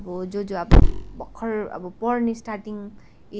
अब जो जो अब भर्खर अब पढ्ने स्टार्टिङ